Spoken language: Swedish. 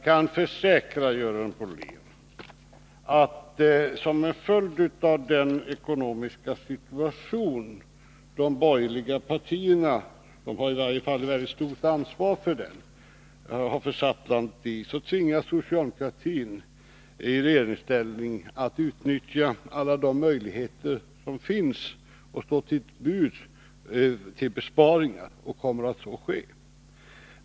Herr talman! Som en följd av den ekonomiska situation landet försatts i och som de borgerliga partierna i varje fall har ett väldigt stort ansvar för, tvingas socialdemokratin i regeringsställning att utnyttja alla de möjligheter som står till buds att göra besparingar, och jag kan försäkra Görel Bohlin att så kommer att ske.